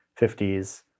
50s